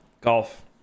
golf